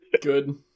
good